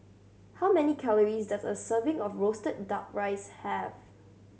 how many calories does a serving of roasted Duck Rice have